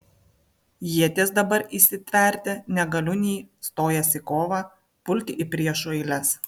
ieties dabar įsitverti negaliu nei stojęs į kovą pulti į priešų eiles